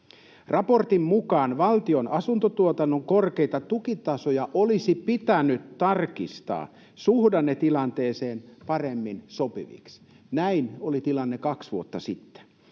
Raportin mukaan valtion asuntotuotannon korkeita tukitasoja olisi pitänyt tarkistaa suhdannetilanteeseen paremmin sopiviksi. Näin oli tilanne kaksi vuotta sitten.